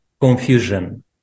Confusion